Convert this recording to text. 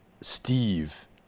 steve